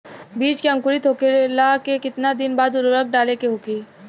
बिज के अंकुरित होखेला के कितना दिन बाद उर्वरक डाले के होखि?